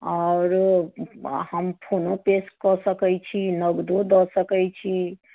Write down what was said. आओर हम फोनो पे कऽ सकैत छी नगदो दऽ सकैत छी